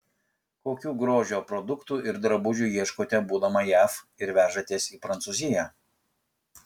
kokių grožio produktų ar drabužių ieškote būdama jav ir vežatės į prancūziją